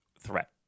threat